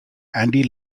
andy